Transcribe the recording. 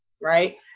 right